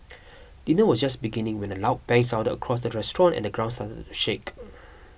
dinner was just beginning when a loud bang sounded across the restaurant and the ground shake